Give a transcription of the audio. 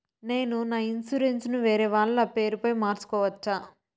నేను నా ఇన్సూరెన్సు ను వేరేవాళ్ల పేరుపై మార్సుకోవచ్చా?